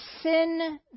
sin